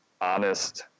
honest